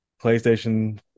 PlayStation